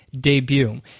debut